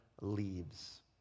leaves